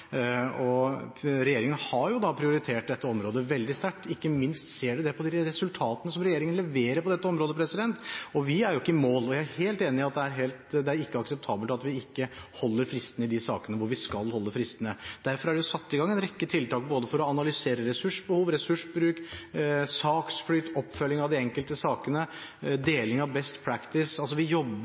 Regjeringen har prioritert dette området veldig sterkt, ikke minst ser vi det på de resultatene som regjeringen leverer på dette området. Men vi er ikke i mål. Jeg er helt enig i at det ikke er akseptabelt at vi ikke holder fristene i de sakene hvor vi skal holde fristene. Derfor er det satt i gang en rekke tiltak både for å analysere ressursbehov, ressursbruk, saksflyt, oppfølging av de enkelte sakene og deling av «best practice» – vi jobber